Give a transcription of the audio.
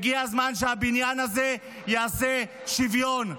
הגיע הזמן שהבניין הזה יעשה שוויון.